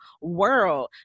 world